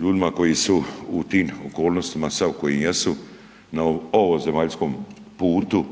ljudima koji su u tim okolnostima sada u kojim jesu na ovozemaljskom putu.